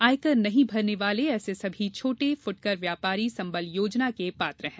आयकर नहीं भरने वाले ऐसे सभी छोटे फुटकर व्यापारी संबल योजना के पात्र हैं